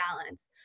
balance